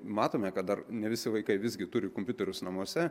matome kad dar ne visi vaikai visgi turi kompiuterius namuose